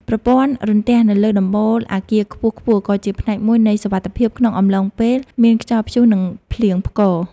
ប្រព័ន្ធរន្ទះនៅលើដំបូលអគារខ្ពស់ៗក៏ជាផ្នែកមួយនៃសុវត្ថិភាពក្នុងអំឡុងពេលមានខ្យល់ព្យុះ និងភ្លៀងផ្គរ។